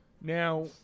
Now